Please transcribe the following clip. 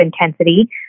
intensity